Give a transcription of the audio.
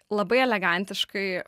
labai elegantiškai